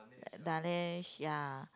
the lang~ ya